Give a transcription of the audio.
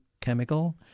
chemical